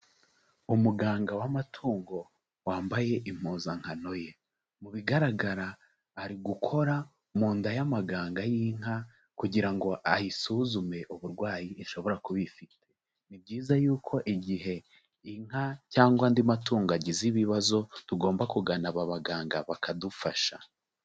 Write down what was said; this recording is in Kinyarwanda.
Umuganga w'amatungo wambaye impuzankano ye, mu bigaragara ari gukora mu nda y'amaganga y'inka kugira ngo ayisuzume uburwayi ishobora kuba ifite. Ni byiza yuko igihe inka cyangwa andi matungo agize ibibazo, tugomba kugana aba baganga bakadufasha.